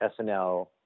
SNL